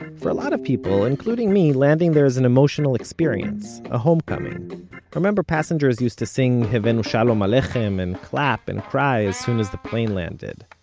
for a lot of people including me landing there is an emotional experience, a homecoming. i remember passengers used to sing hevenu shalom alechem and clap and cry, as soon as the plane landed.